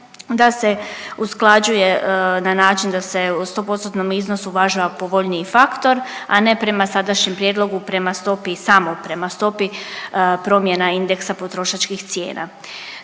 da se usklađuje na način da se u sto postotnom iznosu uvažava povoljniji faktor, a ne prema sadašnjem prijedlogu prema stopi i samo prema stopi promjena indeksa potrošačkih cijena.